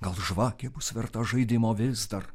gal žvakė bus verta žaidimo vis dar